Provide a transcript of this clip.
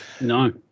No